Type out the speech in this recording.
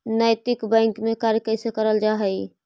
नैतिक बैंक में कार्य कैसे करल जा हई